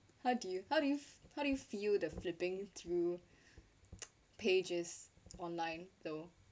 how do you how do you how do you feel the flipping through pages online though